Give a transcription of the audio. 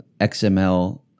XML